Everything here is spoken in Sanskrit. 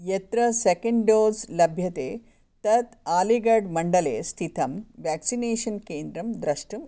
यत्र सेकेण्ड् डोस् लभ्यते तत् अलीगढ़मण्डले स्थितं वेक्सिनेषन् केन्द्रं द्रष्टुम् इच्छामि